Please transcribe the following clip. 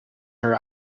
her